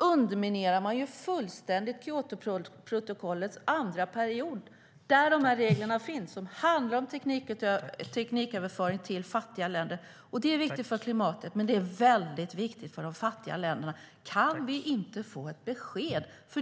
underminerar man ju fullständigt Kyotoprotokollets andra period där dessa regler finns. Det handlar om tekniköverföring till fattiga länder. Det är viktigt för klimatet, och det är väldigt viktigt för dessa länder. Kan vi inte få ett besked?